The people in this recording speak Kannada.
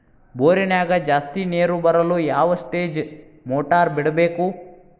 ಬೋರಿನ್ಯಾಗ ಜಾಸ್ತಿ ನೇರು ಬರಲು ಯಾವ ಸ್ಟೇಜ್ ಮೋಟಾರ್ ಬಿಡಬೇಕು?